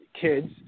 kids